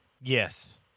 Yes